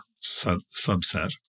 subset